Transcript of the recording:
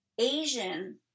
Asian